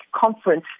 conference